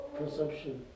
perception